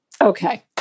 okay